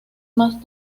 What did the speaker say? más